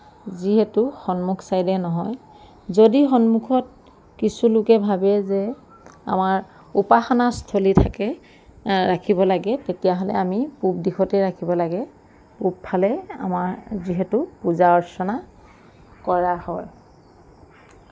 যিহেতু সন্মুখ চাইডে নহয় যদি সন্মুখত কিছু লোকে ভাৱে যে আমাৰ উপাসনা স্থলী থাকে ৰাখিব লাগে তেতিয়াহ'লে আমি পূৱ দিশতে ৰাখিব লাগে পূৱফালে আমাৰ যিহেতু পূজা অৰ্চনা কৰা হয়